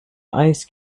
ice